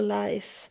life